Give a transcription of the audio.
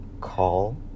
call